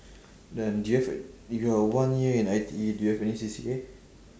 then do you have a~ your one year in I_T_E do you have any C_C_A